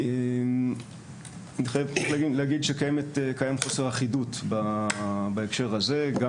צריך להגיד שקיים חוסר אחידות בהקשר הזה גם